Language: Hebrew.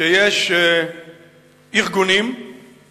אני מבקש לציין שיש ארגונים שאינם